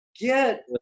get